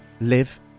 live